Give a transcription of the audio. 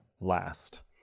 last